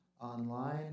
online